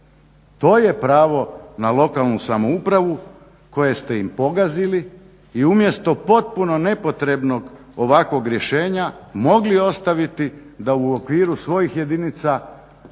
To je pravo na lokalna samoupravu koje ste im pogazili i umjesto potpuno nepotrebnog ovakvog rješenja mogli ostaviti da u okviru svojih jedinica